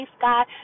God